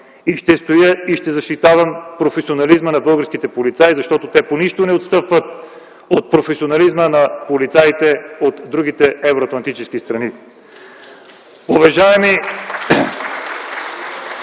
и ще защитавам професионализма на българските полицаи, защото те по нищо не отстъпват от професионализма на полицаите от другите евроатлантически страни.